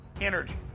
energy